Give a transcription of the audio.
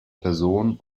personen